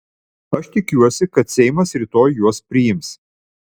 aš tikiuosi kad seimas rytoj juos priims